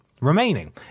remaining